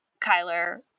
Kyler